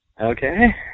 Okay